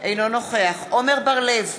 אינו נוכח עמר בר-לב,